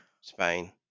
Spain